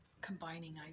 combining